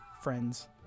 friends